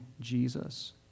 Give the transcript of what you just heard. Jesus